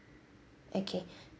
okay